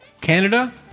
Canada